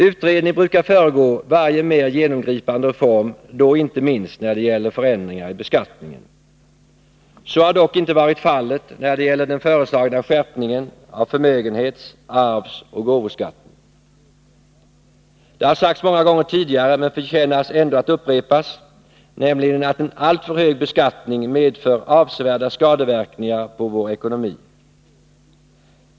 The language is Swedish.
Utredning brukar föregå varje mer genomgripande reform och då inte minst när det gäller förändringar i beskattningen. Så har dock inte varit fallet när det gäller den föreslagna skärpningen av förmögenhets-, arvsoch gåvoskatten. Det har sagts många gånger tidigare men förtjänar ändå att upprepas, att en alltför hög beskattning medför avsevärda skadeverkningar på vår ekonomi.